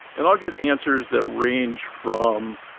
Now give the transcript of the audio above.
and i'll get answers that range from,